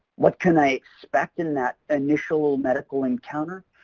what can i expect in that initial medical encounter?